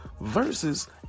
versus